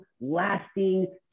lasting